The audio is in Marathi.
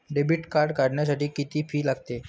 डेबिट कार्ड काढण्यासाठी किती फी लागते?